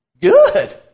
Good